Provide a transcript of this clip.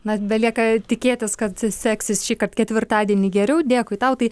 na belieka tikėtis kad seksis šįkart ketvirtadienį geriau dėkui tau tai